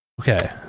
Okay